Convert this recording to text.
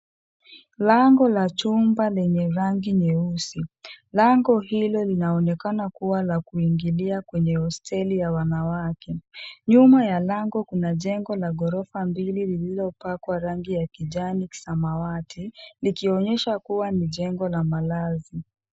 Lango la jumba lenye rangi nyeusi. Lango hilo linaonekana kuwa la kuingilia kwenye hosteli ya wanawake. Nyuma ya lango kuna jengo la ghorofa mbili lililopakwa rangi ya kijani-samawati likionyesha kuwa ni jengo la malazi.